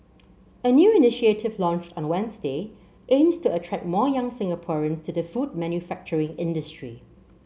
a new initiative launched on Wednesday aims to attract more young Singaporeans to the food manufacturing industry